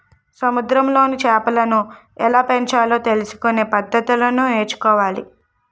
సముద్రములో చేపలను ఎలాపెంచాలో తెలుసుకొనే పద్దతులను నేర్చుకోవాలి